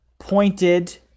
Pointed